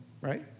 right